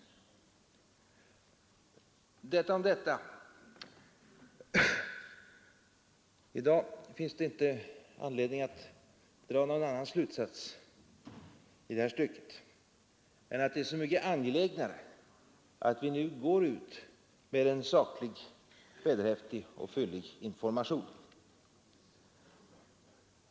I dag finns det inte anledning att dra någon annan slutsats i det här stycket än att det är så mycket mer angeläget att vi nu går ut med en saklig, vederhäftig och fyllig information.